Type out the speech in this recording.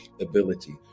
ability